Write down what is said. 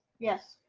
yes.